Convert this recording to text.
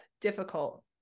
difficult